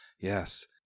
Yes